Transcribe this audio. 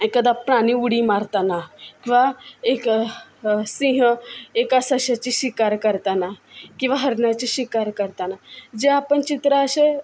एकादा प्राणी उडी मारताना किंवा एक सिंह एका सशाची शिकार करताना किंवा हरणाची शिकार करताना जे आपण चित्र असे